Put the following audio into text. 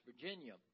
Virginia